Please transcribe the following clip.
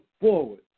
forward